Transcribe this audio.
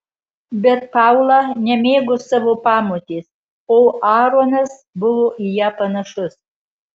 bet paula nemėgo savo pamotės o aaronas buvo į ją panašus